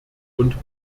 und